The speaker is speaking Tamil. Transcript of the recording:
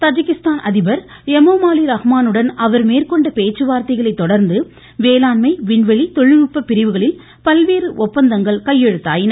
தஜிகிஸ்தான் அதிபர் எமோமாலி ரஹ்மானுடன் அவர் மேற்கொண்ட பேச்சுவார்தைகளை தொடர்ந்து வேளாண்மை விண்வெளி தொழில்நுட்பம் பிரிவுகளில் பல்வேறு ஒப்பந்தங்கள் கையெழுத்தாயின